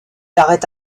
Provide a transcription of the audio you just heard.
arrête